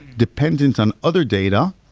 dependent on other data